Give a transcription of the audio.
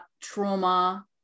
trauma